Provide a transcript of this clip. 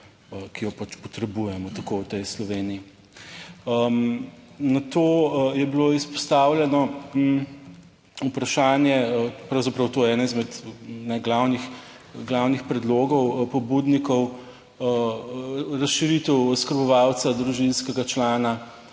ki jo potrebujemo tako v tej Sloveniji. Nato je bilo izpostavljeno vprašanje pravzaprav. To je eden izmed glavnih predlogov pobudnikov, razširitev oskrbovalca družinskega člana